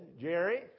Jerry